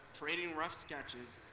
trading rough sketches,